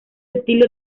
estilo